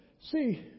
see